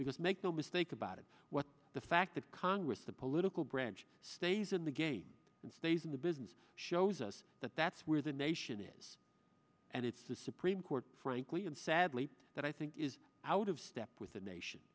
because make no mistake about it what the fact that congress the political branch stays in the game and stays in the business shows us that that's where the nation is and it's the supreme court frankly and sadly that i think is out of step with a nation